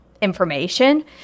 information